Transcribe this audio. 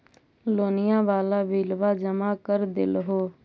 लोनिया वाला बिलवा जामा कर देलहो?